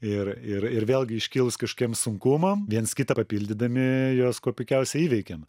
ir ir ir vėlgi iškilus kažkokiem sunkumam viens kitą papildydami juos kuo puikiausiai įveikiam